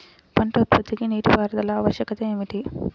పంట ఉత్పత్తికి నీటిపారుదల ఆవశ్యకత ఏమిటీ?